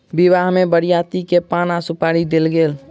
विवाह में बरियाती के पान आ सुपारी देल गेल